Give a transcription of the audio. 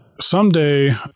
someday